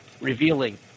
revealing